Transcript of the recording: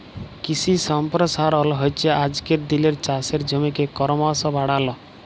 কিশি সম্পরসারল হচ্যে আজকের দিলের চাষের জমিকে করমশ বাড়াল